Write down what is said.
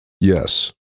yes